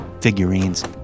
figurines